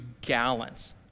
gallons